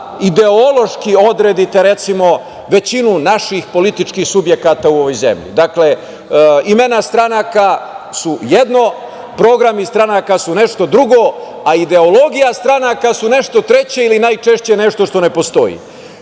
ideološki odredite većinu naših političkih subjekata u ovoj zemlji. Dakle, imena stranaka su jedno, programi stranaka su nešto drugo, a ideologija stranaka su nešto treće ili najčešće nešto što ne postoji. Istina,